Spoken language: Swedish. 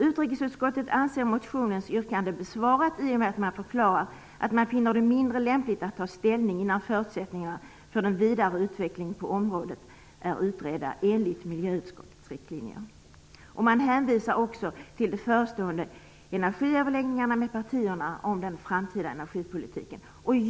Utrikesutskottet anser motionens yrkande besvarat i och med att man förklarar att man finner det mindre lämpligt att ta ställning innan förutsättningarna för den vidare utvecklingen på området är utredda enligt miljöutskottets riktlinjer. Man hänvisar också till de förestående energiöverläggningarna med partierna om den framtida energipolitiken.